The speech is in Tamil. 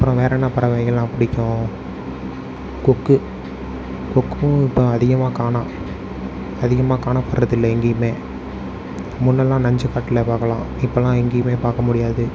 அப்புறம் வேறு என்ன பறவைகளெலாம் பிடிக்கும் கொக்கு கொக்கும் இப்போ அதிகமாக காணோம் அதிகமாக காணப்படுறது எங்கேயுமே முன்னெலாம் நஞ்சு காட்டில் பார்க்கலாம் இப்பெலாம் எங்கேயுமே பார்க்க முடியாது